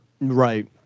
right